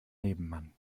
nebenmann